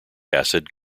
acid